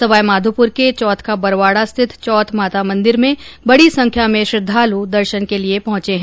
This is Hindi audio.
सवाई माधोपुर के चौथ का बरवाड़ा स्थित चौथ माता मंदिर में बड़ी संख्या में श्रद्धालु दर्शन के लिए पहुंचे हैं